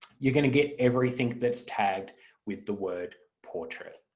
you're going to get everything that's tagged with the word portrait.